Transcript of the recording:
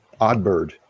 Oddbird